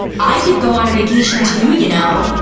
i could go on a vacation too, you know.